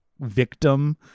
victim